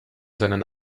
seinen